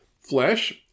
flesh